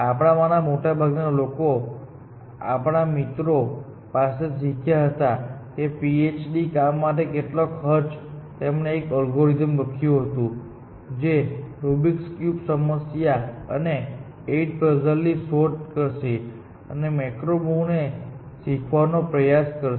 આપણામાંના મોટાભાગના લોકો અમારા મિત્રો પાસેથી શીખ્યા હતા આ પીએચડી કામ માટે કેટલા ખર્ચે તેમણે એક અલ્ગોરિધમ લખ્યું હતું જે રુબિક્સ ક્યુબ સમસ્યા અને 8 પઝલ ની શોધ કરશે અને મેક્રો મૂવને શીખવાનો પ્રયાસ કરશે